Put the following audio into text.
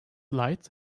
light